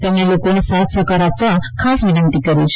તેમણે લોકોને સાથ સહકાર આપવા ખાસ વિનંતી કરી છે